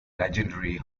legendary